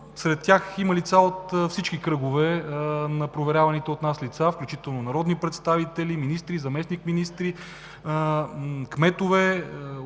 Сред тях има лица от всички проверявани от нас кръгове, включително народни представители, министри, заместник-министри, кметове,